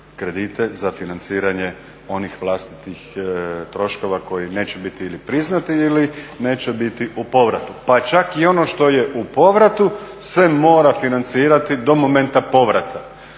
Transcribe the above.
kredite za financiranje onih vlastitih troškova koji neće biti ili priznati ili neće biti u povratu, pa čak i ono što je u povratu se mora financirati do momenta povrata.